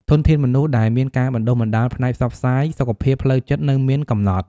ធនធានមនុស្សដែលមានការបណ្តុះបណ្តាលផ្នែកផ្សព្វផ្សាយសុខភាពផ្លូវចិត្តនៅមានកំណត់។